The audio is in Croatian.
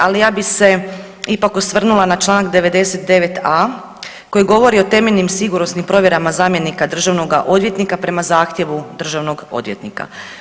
Ali ja bih se ipak osvrnula na članak 99.a koji govori o temeljnim sigurnosnim provjerama zamjenika državnoga odvjetnika prema zahtjevu državnog odvjetnika.